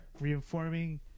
reinforming